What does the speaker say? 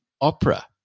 Opera